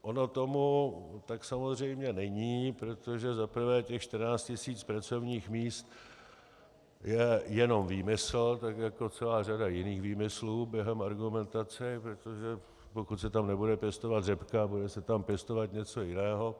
Ono tomu tak samozřejmě není, protože za prvé 14 tisíc pracovních míst je jenom výmysl jako celá řada jiných výmyslů během argumentace, protože pokud se tam nebude pěstovat řepka, bude se tam pěstovat něco jiného.